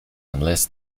unless